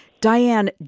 Diane